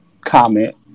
comment